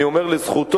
אני אומר לזכותו,